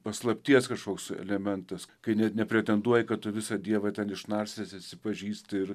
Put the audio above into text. paslapties kažkoks elementas kai net nepretenduoji kad tu visą dievą ten išnarstęs esi pažįsti ir